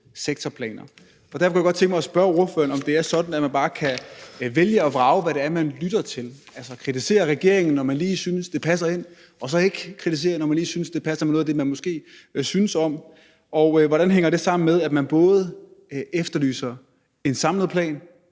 sektorplaner. Og derfor kunne jeg godt tænke mig at spørge ordføreren, om det er sådan, at man bare kan vælge og vrage mellem, hvad det er, man lytter til. Altså, man kritiserer regeringen, når man lige synes, at det passer ind, og så kritiserer man ikke, når man lige synes, at det passer med noget af det, man måske synes om. Hvordan hænger det sammen med, at man både efterlyser en samlet plan